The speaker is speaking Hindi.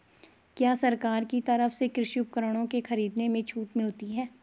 क्या सरकार की तरफ से कृषि उपकरणों के खरीदने में छूट मिलती है?